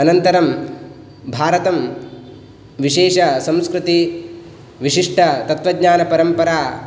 अनन्तरं भारतं विशेषसंस्कृतिविशिष्टतत्त्वज्ञानपरम्परा